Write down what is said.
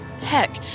Heck